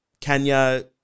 Kenya